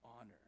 honor